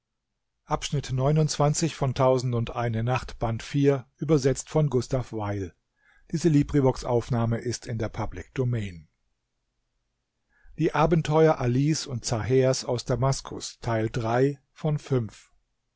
den abenteuern alis und zahers aus damaskus